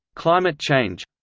climate change